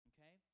Okay